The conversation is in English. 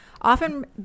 Often